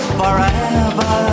forever